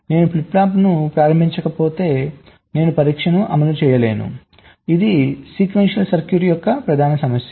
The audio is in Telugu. నేను ఫ్లిప్ ఫ్లాప్లను ప్రారంభించకపోతే నేను పరీక్షను అమలు చేయలేను ఇది సీక్వెన్షియల్ సర్క్యూట్ యొక్క ప్రధాన సమస్య